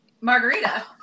Margarita